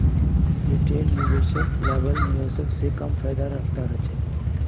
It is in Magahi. रिटेल निवेशक ला बल्क निवेशक से कम फायेदार हकदार होछे